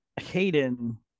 Hayden